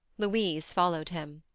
louise followed him.